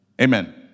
Amen